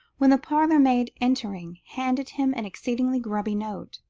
when the parlourmaid entering, handed him an exceedingly grubby note.